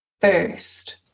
first